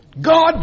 God